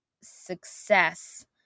success